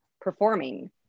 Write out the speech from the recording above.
performing